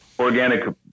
organic